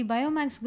Biomax